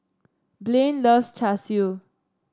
Blain loves Char Siu